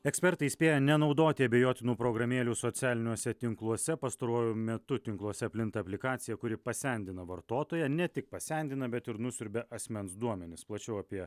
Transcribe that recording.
ekspertai įspėja nenaudoti abejotinų programėlių socialiniuose tinkluose pastaruoju metu tinkluose plinta aplikacija kuri pasendina vartotoją ne tik pasendina bet ir nusiurbia asmens duomenis plačiau apie